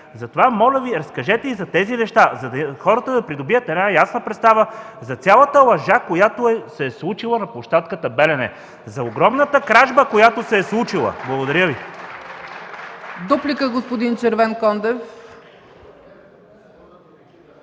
Затова, моля Ви, разкажете и за тези неща, хората да придобият ясна представа за цялата лъжа, която се е случила на площадката „Белене”, за огромната кражба, която се е случила. Благодаря Ви. (Ръкопляскания от